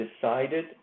decided